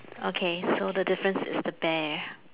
okay so the difference is the bear